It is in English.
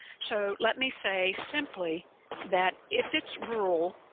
so let me say simply that if it's rural,